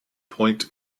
point